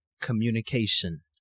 communication